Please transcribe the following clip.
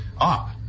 up